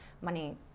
money